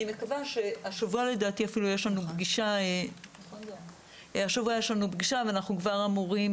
השבוע יש לנו פגישה ואנחנו כבר אמורים